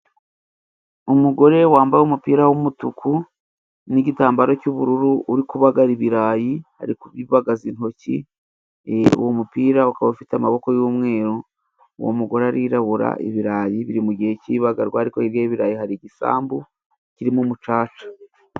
Umugore wambaye umupira w'umutuku n'igitambaro cy'ubururu uri kubagara ibirayi abagaza intoki, uwo mupira ukaba ufite amaboko y'umweru, uwo mugore arirabura, ibirayi biri mu gihe cy'ibagarwa, ariko hirya y'birayi hari igisambu kirimo umucaca.